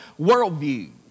worldview